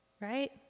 Right